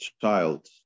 child